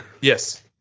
Yes